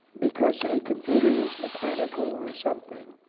because a computer is mechanical or something,